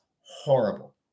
Horrible